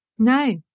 No